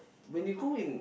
when you go in